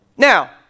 Now